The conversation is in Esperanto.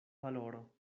valoro